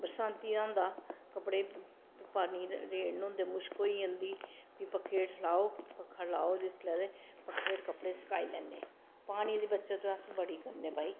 बरसांती दा होंदा कपड़े धुप्पै नी रेड़न होंदे मुश्क होई जंदी फ्ही पक्खे हेठ लाओ पक्खा लाओ जिसलै ते पक्खे हेठ कपड़े सकाई लैने पानी दी बचत अस बड़ी करने भाई